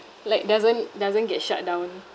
like doesn't doesn't get shut down